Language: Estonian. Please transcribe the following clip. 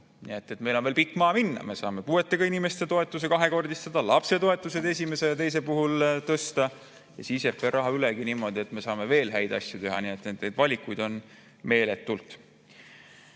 nii et meil on veel pikk maa minna. Me saame puuetega inimeste toetuse kahekordistada, lapsetoetust esimesel ja teisel lapsel tõsta ja jääb veel raha ülegi, nii et me saame veel häid asju teha. Neid valikuid on meeletult.